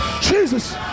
Jesus